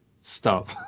stop